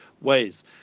ways